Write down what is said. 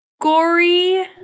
gory